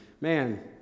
Man